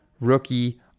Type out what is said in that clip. rookie